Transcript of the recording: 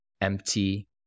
empty